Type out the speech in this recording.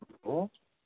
hello